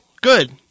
good